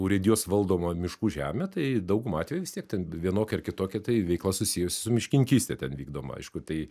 urėdijos valdoma miškų žemė tai dauguma atvejų vis tiek ten vienokia ar kitokia tai veikla susijusi su miškininkyste ten vykdoma aišku tai